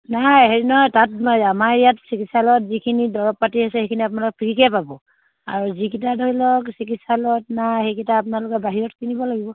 নাই হেৰি নহয় তাত আমাৰ ইয়াত চিকিৎসালয়ত যিখিনি দৰব পাতি আছে সেইখিনি আপোনালোক ফ্ৰীকৈ পাব আৰু যিকেইটা ধৰি লওক চিকিৎসালয়ত নাই সেইকেইটা আপোনালোকে বাহিৰত কিনিব লাগিব